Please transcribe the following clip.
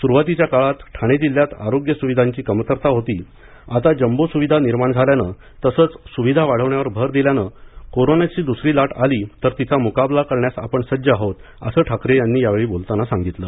सुरूवातीच्या काळात ठाणे जिल्ह्यात आरोग्य सुविधांची कमतरता होती आता जम्बो सुविधा निर्माण झाल्यानं तसंच सुविधा वाढवण्यावर भर दिल्यानं कोरोनाची दुसरी लाट आली तर तिचा मुकाबला करण्यास आपण सज्ज आहोत असं ठाकरे यांनी यावेळी बोलताना सांगितलं